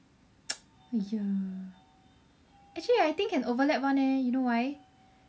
!aiya! actually I think can overlap [one] leh you know why